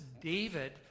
David